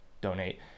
donate